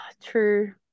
True